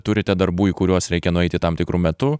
turite darbų į kuriuos reikia nueiti tam tikru metu